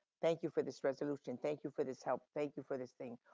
thank you for this resolution, thank you for this help, thank you for this thing,